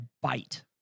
bite